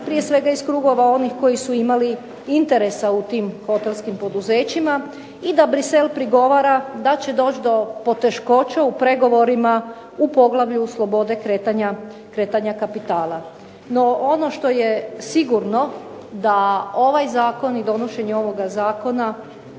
prije svega iz krugova onih koji su imali interesa u tim hotelskim poduzećima i da Bruxelles prigovara da će doći do poteškoća u pregovorima u poglavlju slobode kretanja kapitala. No ono što je sigurno da ovaj zakon i donošenje ovoga zakona